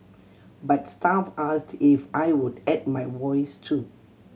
but staff asked if I would add my voice too